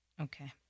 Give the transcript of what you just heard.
Okay